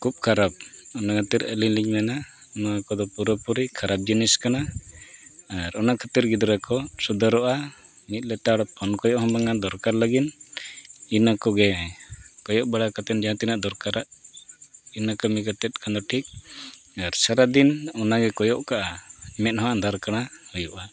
ᱠᱷᱩᱵᱽ ᱠᱷᱟᱨᱟᱯ ᱚᱱᱟ ᱠᱷᱟᱹᱛᱤᱨ ᱟᱹᱞᱤᱧ ᱞᱤᱧ ᱢᱮᱱᱟ ᱱᱚᱣᱟ ᱠᱚᱫᱚ ᱯᱩᱨᱟᱹ ᱯᱩᱨᱤ ᱠᱷᱟᱨᱟᱯ ᱡᱤᱱᱤᱥ ᱠᱟᱱᱟ ᱟᱨ ᱚᱱᱟ ᱠᱷᱟᱹᱛᱤᱨ ᱜᱤᱫᱽᱨᱟᱹ ᱠᱚ ᱥᱩᱫᱷᱟᱹᱨᱚᱜᱼᱟ ᱢᱤᱫ ᱞᱮᱛᱟᱲ ᱯᱷᱳᱱ ᱠᱚᱭᱚᱜ ᱦᱚᱸ ᱵᱟᱝ ᱜᱟᱱᱚᱜᱼᱟ ᱫᱚᱨᱠᱟᱨ ᱞᱟᱹᱜᱤᱫ ᱤᱱᱟᱹ ᱠᱚᱜᱮ ᱠᱚᱭᱚᱜ ᱵᱟᱲᱟ ᱠᱟᱛᱮᱫ ᱡᱟᱦᱟᱸ ᱛᱤᱱᱟᱹᱜ ᱫᱚᱨᱠᱟᱨᱟ ᱤᱱᱟᱹ ᱠᱟᱹᱢᱤ ᱠᱟᱛᱮᱫ ᱠᱷᱟᱱ ᱫᱚ ᱴᱷᱤᱠ ᱟᱨ ᱥᱟᱨᱟᱫᱤᱱ ᱚᱱᱟᱜᱮᱠᱚ ᱠᱚᱭᱚᱜ ᱠᱟᱜᱼᱟ ᱢᱮᱫ ᱦᱚᱸ ᱟᱸᱫᱷᱟᱨ ᱟᱲᱟ ᱦᱩᱭᱩᱜᱼᱟ